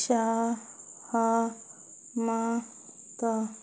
ସହମତ